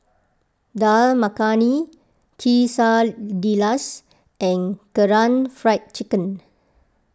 Dal Makhani Quesadillas and Karaage Fried Chicken